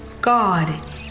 God